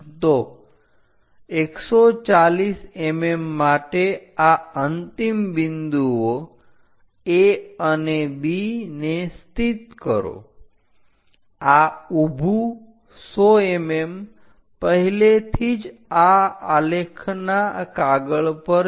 તો 140 mm માટે આ અંતિમ બિંદુઓ A અને B ને સ્થિત કરો આ ઉભુ 100 mm પહેલેથી જ આલેખના કાગળ પર છે